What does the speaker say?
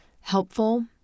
helpful